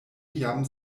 jam